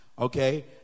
okay